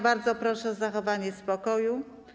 Bardzo proszę o zachowanie spokoju.